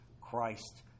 Christ